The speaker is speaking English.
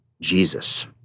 Jesus